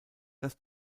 das